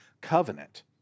covenant